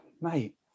mate